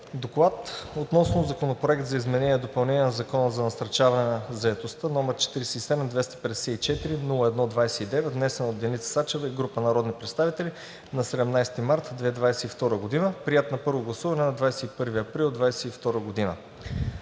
„Доклад относно Законопроект за изменение и допълнение на Закона за насърчаване на заетостта, № 47-254-01-29, внесен от Деница Сачева и група народни представители на 17 март 2022 г., приет на първо гласуване на 21 април 2022 г.